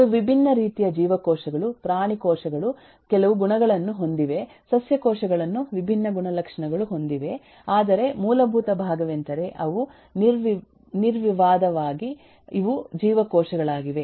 ಅವು ವಿಭಿನ್ನ ರೀತಿಯ ಜೀವಕೋಶಗಳು ಪ್ರಾಣಿ ಕೋಶಗಳು ಕೆಲವು ಗುಣಗಳನ್ನು ಹೊಂದಿವೆ ಸಸ್ಯ ಕೋಶಗಳನ್ನು ವಿಭಿನ್ನ ಗುಣಲಕ್ಷಣಗಳು ಹೊಂದಿವೆ ಆದರೆ ಮೂಲಭೂತ ಭಾಗವೆಂದರೆ ಅವು ನಿರ್ವಿವಾದವಾಗಿ ಇವು ಜೀವಕೋಶಗಳಾಗಿವೆ